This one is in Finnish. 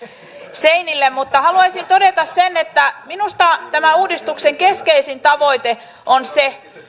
seinille haluaisin todeta sen että minusta tämän uudistuksen keskeisin tavoite on se